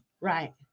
Right